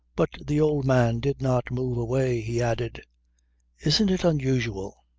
but the old man did not move away. he added isn't it unusual?